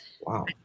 Wow